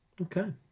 Okay